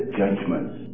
judgments